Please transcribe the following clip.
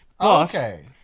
Okay